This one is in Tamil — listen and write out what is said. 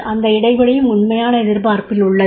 அந்த இடைவெளியும் உண்மையான எதிர்பார்ப்பில் உள்ளது